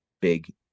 big